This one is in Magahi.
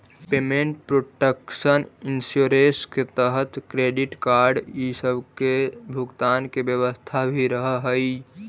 पेमेंट प्रोटक्शन इंश्योरेंस के तहत क्रेडिट कार्ड इ सब के भुगतान के व्यवस्था भी रहऽ हई